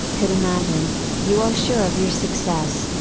could imagine, you are sure of your success.